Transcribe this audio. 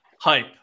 hype